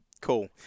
Cool